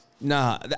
Nah